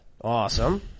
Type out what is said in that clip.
Awesome